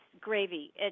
gravy